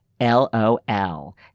L-O-L